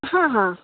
हा हा